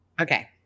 okay